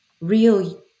real